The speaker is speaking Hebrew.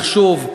מחשוב,